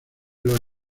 los